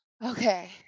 okay